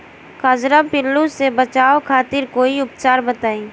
कजरा पिल्लू से बचाव खातिर कोई उपचार बताई?